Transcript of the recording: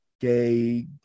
gay